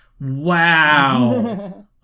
Wow